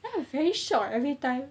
then I very shock eh everytime